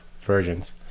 versions